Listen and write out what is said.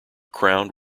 crowned